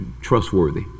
trustworthy